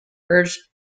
urged